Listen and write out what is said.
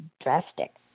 drastic